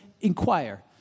inquire